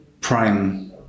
prime